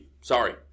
Sorry